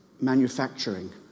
manufacturing